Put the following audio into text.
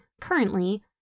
currently